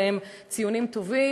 בהם ציונים טובים,